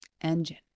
engine